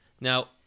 Now